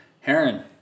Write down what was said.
Heron